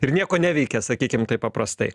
ir nieko neveikia sakykim taip paprastai